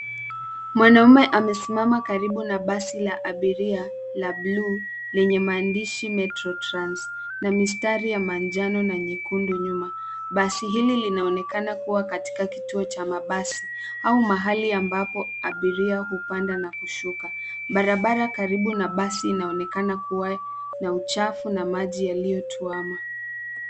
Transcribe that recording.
Mwanaume amesimama karibu na basi la abiria, la bluu, lenye maandishi Metro Trans, na mistari ya manjano na nyekundu nyuma. Basi hili linaonekana kuwa katika kituo cha mabasi, au mahali ambapo abiria hupanda na kushuka. Barabara karibu na basi inaonekana kuwa na uchafu na maji yaliyotuama.